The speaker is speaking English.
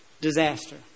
disaster